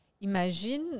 Imagine